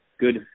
good